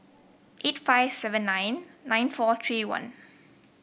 eight five seven nine nine four three one